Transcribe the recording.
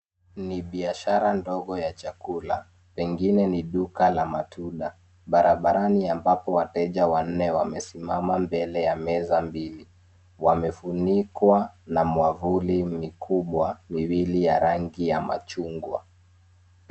Ni biashara ndogo la chakula pengine ni duka la matunda barabarani ambapo wateja wanne wamesimama mbele ya meza mbili wamefunikwa na mwavuli mikubwa miwili ya rangi ya machungwa